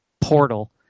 portal